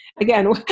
again